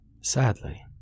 sadly